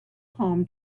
palm